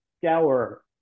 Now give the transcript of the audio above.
scour